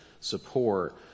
support